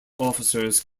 officers